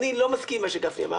אני לא מסכים עם מה שגפני אמר.